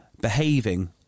behaving